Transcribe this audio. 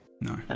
No